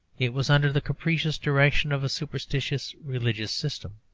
it was under the capricious direction of a superstitious religious system.